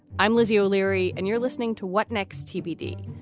i'm lizzie o'leary and you're listening to what next tbd.